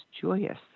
Joyous